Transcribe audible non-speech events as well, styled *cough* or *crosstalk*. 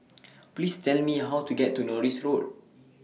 *noise* Please Tell Me How to get to Norris Road